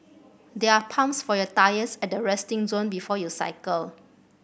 there are pumps for your tyres at the resting zone before you cycle